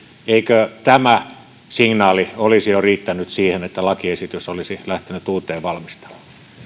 eikö tämä signaali olisi jo riittänyt siihen että lakiesitys olisi lähtenyt uuteen valmisteluun